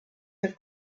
have